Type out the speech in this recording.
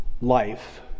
life